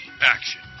Action